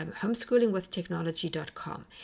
homeschoolingwithtechnology.com